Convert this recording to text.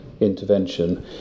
intervention